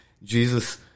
Jesus